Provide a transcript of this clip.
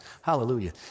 Hallelujah